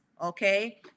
okay